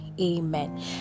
amen